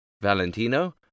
Valentino